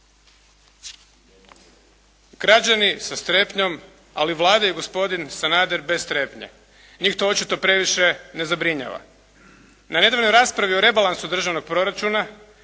Građani sa strepnjom, ali Vlada i gospodin Sanader bez strepnje. Njih to očito previše ne zabrinjava. Na nedavnoj raspravi o rebalansu državnog proračuna